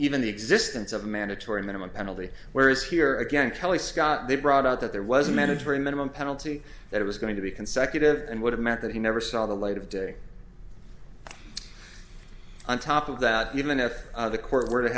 even the existence of a mandatory minimum penalty where is here again kelly scott they brought out that there was a mandatory minimum penalty that was going to be consecutive and would have meant that he never saw the light of day on top of that even if the court were t